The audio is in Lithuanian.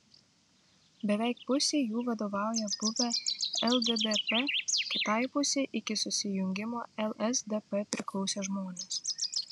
beveik pusei jų vadovauja buvę lddp kitai pusei iki susijungimo lsdp priklausę žmonės